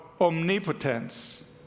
omnipotence